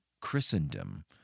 Christendom